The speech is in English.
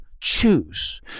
choose